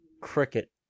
Cricket